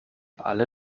alle